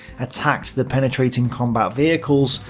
attacked the penetrating combat vehicles,